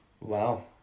Wow